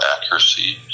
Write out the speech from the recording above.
accuracy